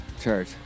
Church